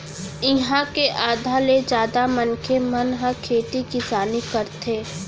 इहाँ के आधा ले जादा मनखे मन ह खेती किसानी करथे